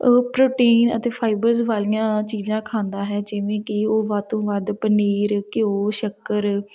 ਉਹ ਪ੍ਰੋਟੀਨ ਅਤੇ ਫਾਈਬਰਸ ਵਾਲੀਆਂ ਚੀਜ਼ਾਂ ਖਾਂਦਾ ਹੈ ਜਿਵੇਂ ਕਿ ਉਹ ਵੱਧ ਤੋਂ ਵੱਧ ਪਨੀਰ ਘਿਓ ਸ਼ੱਕਰ